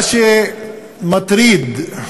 מה שמטריד,